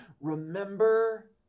Remember